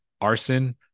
arson